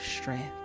strength